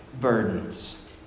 burdens